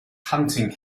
hunting